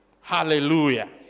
Hallelujah